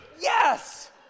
yes